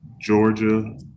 Georgia